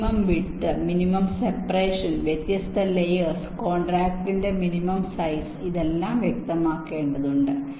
minimum width minimum separation വ്യത്യസ്ത layers കോൺടാക്റ്റിന്റെ minimum size ഇതെല്ലാം വ്യക്തമാക്കേണ്ടതുണ്ട്